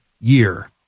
year